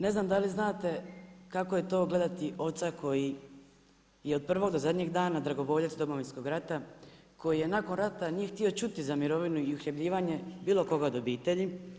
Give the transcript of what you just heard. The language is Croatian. Ne znam da li znate, kako je to gledati oca koji je od prvog do zadnjeg dana dragovoljac Domovinskog rata, koji nakon rata nije htio čuti za mirovinu i uhljebljivanje bilo koga u obitelji.